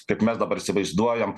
kaip mes dabar įsivaizduojam